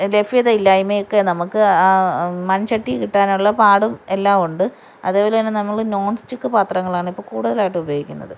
ലഭ്യതയില്ലായ്മയൊക്കെ നമുക്ക് മൺച്ചട്ടി കിട്ടാനുള്ള പാടും എല്ലാമുണ്ട് അത്പോലെ തന്നെ നമ്മൾ നോൺ സ്റ്റിക്ക് പാത്രങ്ങളാണിപ്പം കൂടുതലായിട്ട് ഉപയോഗിക്കുന്നത്